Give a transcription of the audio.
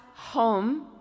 home